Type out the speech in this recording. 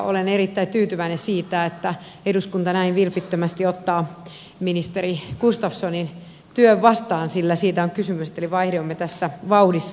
olen erittäin tyytyväinen siitä että eduskunta näin vilpittömästi ottaa ministeri gustafssonin työn vastaan sillä siitä on kysymys eli vaihdoimme tässä vauhdissa kassia